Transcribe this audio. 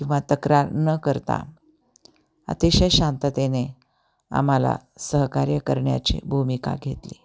किंवा तक्रार न करता अतिशय शांततेने आम्हाला सहकार्य करण्याची भूमिका घेतली